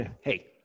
hey